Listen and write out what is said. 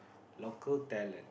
local talent